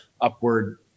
upward